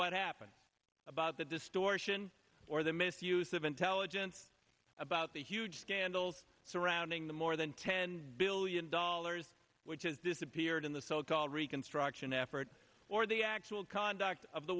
what happened about the distortion or the misuse of intelligence about the huge scandals surrounding the more than ten billion dollars which has disappeared in the so called reconstruction effort or the actual conduct of the